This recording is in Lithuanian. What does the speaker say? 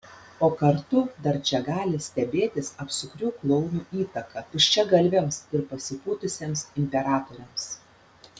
o kartu dar čia gali stebėtis apsukrių klounų įtaka tuščiagalviams ir pasipūtusiems imperatoriams